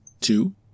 two